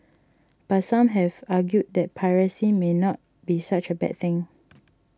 but some have argued that piracy may not be such a bad thing